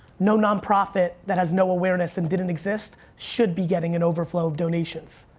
no nonprofit that has no awareness and didn't exist should be getting an overflow of donations.